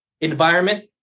environment